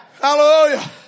Hallelujah